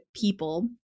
people